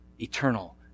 eternal